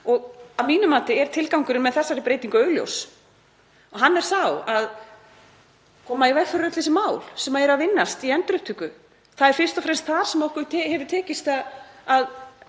Að mínu mati er tilgangurinn með þessari breytingu augljós. Hann er sá að koma í veg fyrir öll þessi mál sem eru að vinnast í endurupptöku. Það er fyrst og fremst þar sem okkur hefur tekist að